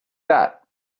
that